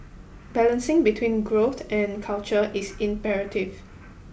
balancing between growth and culture is imperative